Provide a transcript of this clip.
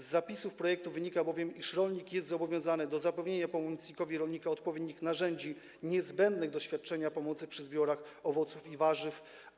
Z zapisów projektu wynika bowiem, iż rolnik jest zobowiązany do zapewnienia pomocnikowi rolnika odpowiednich narzędzi niezbędnych do świadczenia pomocy przy zbiorach owoców i warzyw.